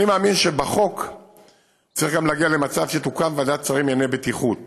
אני מאמין שבחוק צריך גם להגיע למצב שתוקם ועדת שרים לענייני בטיחות